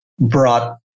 brought